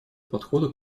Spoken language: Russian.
подхода